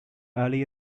early